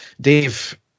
Dave